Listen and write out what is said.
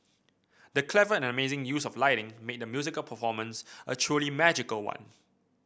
the clever and amazing use of lighting made the musical performance a truly magical one